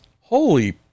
holy